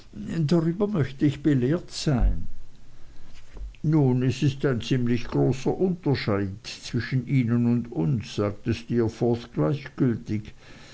darüber möchte ich belehrt sein nun es ist ein ziemlich großer unterschied zwischen ihnen und uns sagte